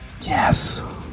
Yes